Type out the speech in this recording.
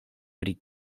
pri